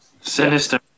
Sinister